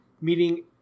meaning